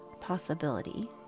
possibility